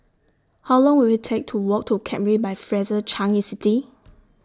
How Long Will IT Take to Walk to Capri By Fraser Changi City